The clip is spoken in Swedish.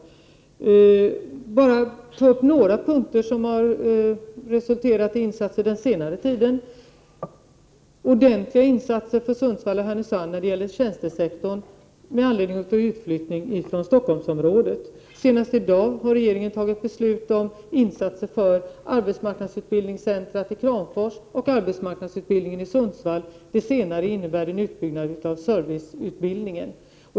Låt mig ta upp bara några punkter som resulterat i insatser den senaste tiden. Ordentliga insatser för Sundsvall och Härnösand har gjorts när det gäller tjänstesektorn med anledning av utflyttning från Stockholmsområdet. Senast i dag har regeringen beslutat om insatser för arbetsmarknadsutbildningscentret i Kramfors och arbetsmarknadsutbildningen i Sundsvall. Det senare innebär en utbyggnad av serviceutbildningen.